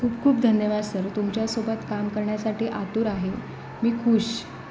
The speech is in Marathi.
खूप खूप धन्यवाद सर तुमच्यासोबत काम करण्यासाठी आतुर आहे मी खूश